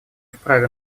вправе